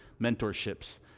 mentorships